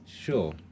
Sure